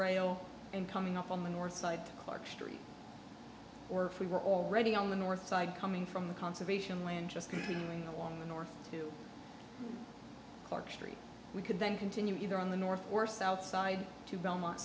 rail and coming up on the north side to clark street or if we were already on the north side coming from the conservation land just continuing along the north to clark street we could then continue either on the north or south side to belmont